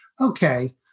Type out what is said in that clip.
Okay